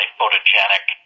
photogenic